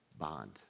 bond